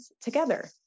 together